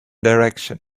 direction